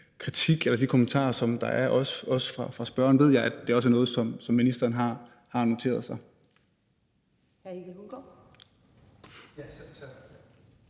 de yderligere kommentarer, der er fra spørgeren, ved jeg, at det også er noget, som ministeren har noteret sig.